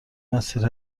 مسیر